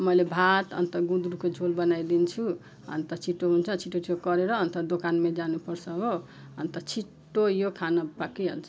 मैले भात अन्त गुन्द्रुकको झोल बनाइदिन्छु अन्त छिटो हुन्छ छिटो छिटो गरेर अन्त दोकानमा जानुपर्छ हो अन्त छिटो यो खाना पाकिहाल्छ